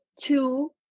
two